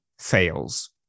fails